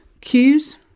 cues